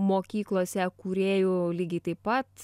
mokyklose kūrėjų lygiai taip pat